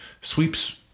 sweeps